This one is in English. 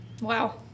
Wow